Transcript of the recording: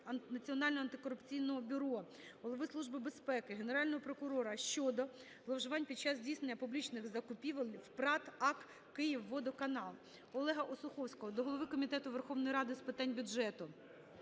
Національного антикорупційного бюро, Голови Служби безпеки, Генерального прокурора щодо зловживань під час здійсненні публічних закупівель в ПрАТ "АК Київводоканал". Олега Осуховського до голови Комітету Верховної Ради з питань бюджету,